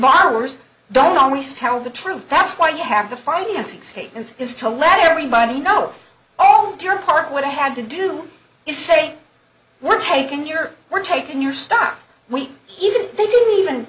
robbers don't always tell the truth that's why you have the financing state and is to let everybody know oh dear heart what i have to do is say we're taking your we're taking your stuff we even they didn't even